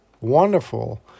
wonderful